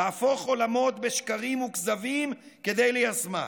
להפוך עולמות בשקרים וכזבים כדי ליישמה.